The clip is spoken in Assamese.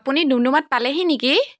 আপুনি ডুমডুমাত পালেহি নেকি